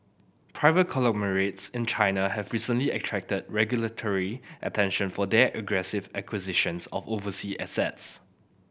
private conglomerates in China have recently attracted regulatory attention for their aggressive acquisitions of overseas assets